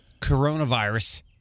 coronavirus